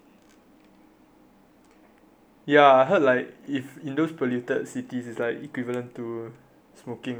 ya I heard if like in those polluted cities is like equivalent to smoking a cigarette pack everyday